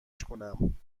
شکنم